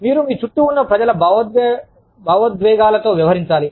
మీరు మీ చుట్టూ ఉన్న ప్రజల భావోద్వేగాలతో వ్యవహరించాలి